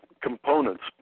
components